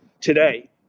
today